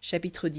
chapitre